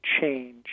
change